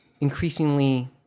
increasingly